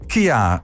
Kia